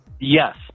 Yes